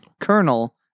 Colonel